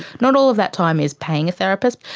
not all of that time is paying a therapist.